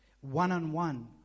one-on-one